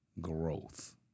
growth